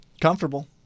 Comfortable